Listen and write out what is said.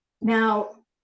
Now